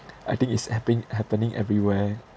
I think it's happing~ happening everywhere